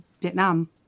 Vietnam